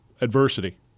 adversity